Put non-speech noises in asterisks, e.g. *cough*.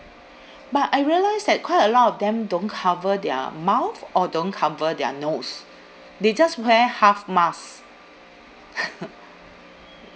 but I realised that quite a lot of them don't cover their mouth or don't cover their nose they just wear half mask *laughs*